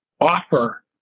offer